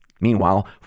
Meanwhile